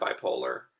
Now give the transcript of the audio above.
bipolar